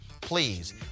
please